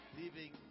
leaving